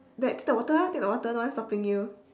there take the water ah take the water no one's stopping you